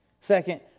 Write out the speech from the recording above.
Second